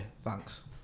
Thanks